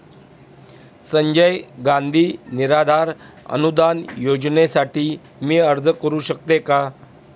संजय गांधी निराधार अनुदान योजनेसाठी मी अर्ज करू शकते का?